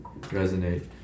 Resonate